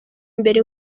imbere